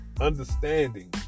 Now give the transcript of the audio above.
understanding